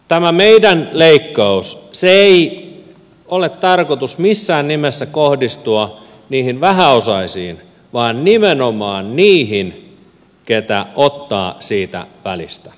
tämän meidän leikkauksemme tarkoitus ei ole missään nimessä kohdistua niihin vähäosaisiin vaan nimenomaan niihin jotka ottavat siitä välistä